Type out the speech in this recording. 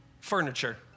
furniture